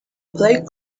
play